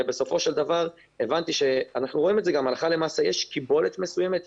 אנחנו רואים הלכה למעשה שיש קיבולת מסוימת,